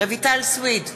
רויטל סויד,